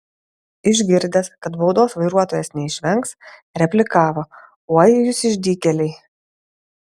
išgirdęs kad baudos vairuotojas neišvengs replikavo oi jūs išdykėliai